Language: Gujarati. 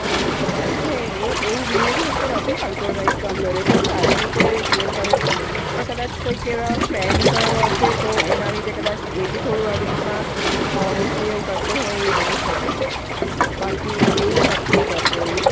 ઓહો એટલે એ એવુ બિહેવિયર તો નથી કરતો લાઈક આમ ઘરે તો સારી રીતે બીહેવ કરે છે પણ કદાચ કોઈકે એવા ફ્રેન્ડ્સ હશે તો એના લીધે કદાચ એ બી થોડું આવી રીતના મીસબીહેવ કરતો હોય એવું બની શકે બાકી એવું નથી કરતો ઈ